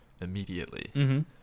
immediately